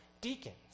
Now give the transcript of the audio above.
deacons